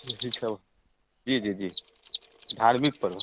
यही सब जी जी जी धार्मिक पर्व